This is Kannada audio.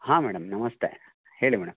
ಹಾಂ ಮೇಡಮ್ ನಮಸ್ತೆ ಹೇಳಿ ಮೇಡಮ್